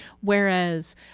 whereas